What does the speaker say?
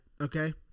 okay